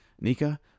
Nika